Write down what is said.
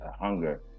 hunger